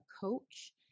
coach